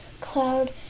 cloud